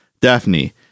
Daphne